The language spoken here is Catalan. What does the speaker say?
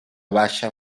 baixa